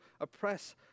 oppress